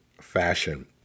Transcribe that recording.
fashion